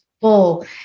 full